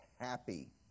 happy